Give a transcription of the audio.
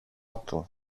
του